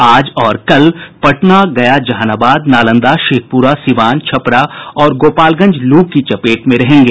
आज और कल पटना गया जहानाबाद नालंदा शेखपुरा सीवान छपरा और गोपालगंज लू की चपेट में रहेंगे